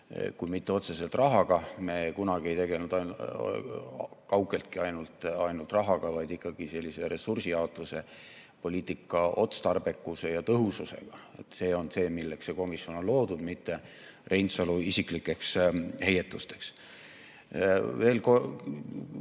kui mitte otseselt rahaga – me kunagi ei tegelenud kaugeltki ainult rahaga –, siis ikkagi sellise ressursijaotusega, poliitika otstarbekuse ja tõhususega. See on see, milleks see komisjon on loodud, mitte Reinsalu isiklikeks heietusteks.